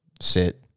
Sit